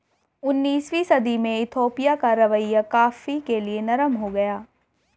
उन्नीसवीं सदी में इथोपिया का रवैया कॉफ़ी के लिए नरम हो गया